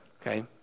Okay